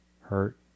Hurt